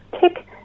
Tick